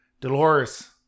Dolores